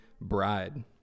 bride